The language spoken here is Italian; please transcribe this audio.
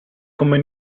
come